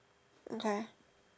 okay